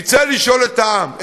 נצא לשאול את העם,